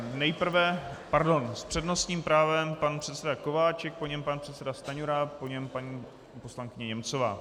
Nejprve pardon, s přednostním právem pan předseda Kováčik, po něm pan předseda Stanjura, po něm paní poslankyně Němcová.